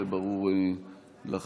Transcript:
זה ברור לחלוטין.